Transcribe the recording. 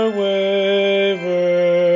waver